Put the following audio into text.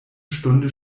stunde